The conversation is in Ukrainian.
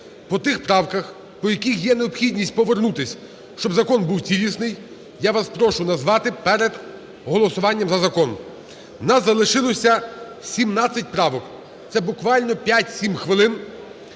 По тих правках, по яких є необхідність повернутися, щоб закон був цілісний, я вас прошу назвати перед голосуванням за закон. У нас залишилося 17 правок, це буквально 5-7 хвилин.